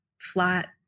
flat